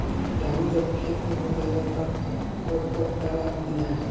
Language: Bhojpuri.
किटानु जब खेत मे होजाला तब कब कब दावा दिया?